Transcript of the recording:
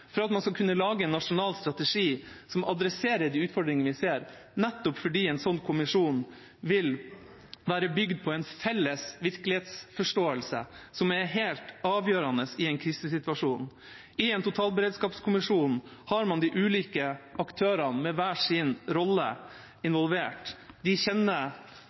for at man skal kunne lage en nasjonal strategi som adresserer de utfordringene vi ser, nettopp fordi en sånn kommisjon vil være bygd på en felles virkelighetsforståelse, som er helt avgjørende i en krisesituasjon. I en totalberedskapskommisjon har man de ulike aktørene med hver sin rolle involvert. De